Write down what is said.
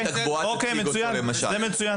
זה מצוין.